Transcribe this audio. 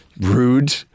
rude